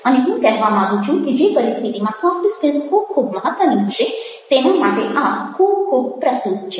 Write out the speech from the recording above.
અને હું કહેવા માગું છું કે જે પરિસ્થિતિમાં સોફ્ટ સ્કિલ્સ ખૂબ ખૂબ મહત્ત્વની હશે તેના માટે આ ખૂબ ખૂબ પ્રસ્તુત છે